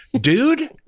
Dude